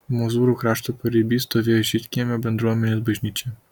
mozūrų krašto pariby stovėjo žydkiemio bendruomenės bažnyčia